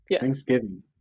Thanksgiving